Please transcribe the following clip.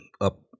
up